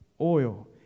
oil